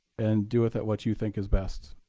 and do with it what you think is best.